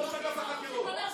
ואתה שיבשת,